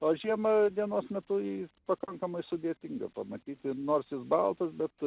o žiemą dienos metu jį pakankamai sudėtinga pamatyti nors jis baltas bet